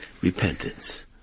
repentance